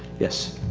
yes.